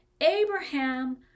Abraham